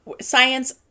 Science